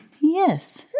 yes